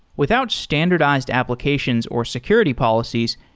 without standardized applications or security policies,